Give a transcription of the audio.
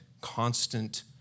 constant